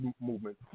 movement